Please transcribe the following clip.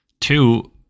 Two